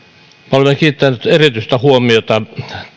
olemme kiinnittäneet erityistä huomiota